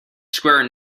square